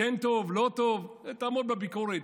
כן טוב, לא טוב, תעמוד בביקורת.